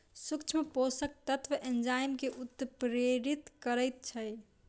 सूक्ष्म पोषक तत्व एंजाइम के उत्प्रेरित करैत छै